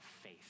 faith